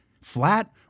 flat